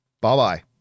bye-bye